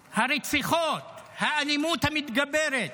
הרציחות, האלימות המתגברת.